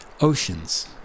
Oceans